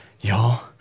y'all